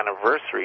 anniversary